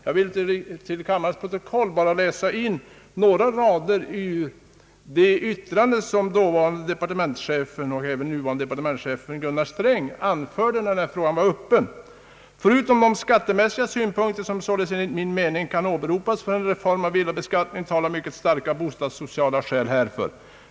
Jag vill till kammarens protokoll läsa in några rader av det yttrande som dåvarande och nuvarande departementschefen Gunnar Sträng anförde när denna fråga var uppe till debatt: »Förutom de skattemässiga synpunkter som således enligt min mening kan åberopas för en reform av villabeskattningen talar mycket starka bostadssociala skäl härför.